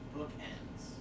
Bookends